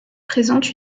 présente